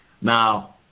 Now